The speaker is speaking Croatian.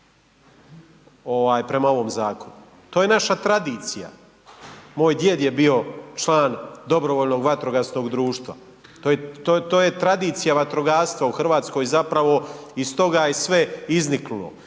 prema ovom zakonu? To je naša tradicija. Moj djed je bio član dobrovoljnog vatrogasnog društva. To je tradicija vatrogastva u Hrvatskoj zapravo iz toga je sve izniklo.